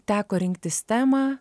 teko rinktis temą